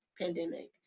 pandemic